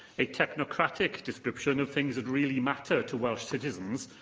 a technocratic description of things that really matter to welsh citizens,